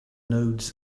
nodes